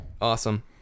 Awesome